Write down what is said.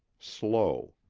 slow.